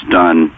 done